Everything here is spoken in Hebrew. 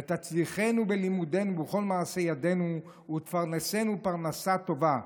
ותצליחנו בלימודינו ובכל מעשי ידינו ותפרנסנו פרנסה טובה,